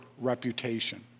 reputation